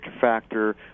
factor